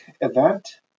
event